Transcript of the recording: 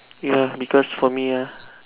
ya because for me ah